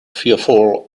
fearful